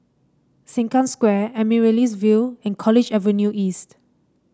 Sengkang Square Amaryllis Ville and College Avenue East